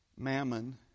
Mammon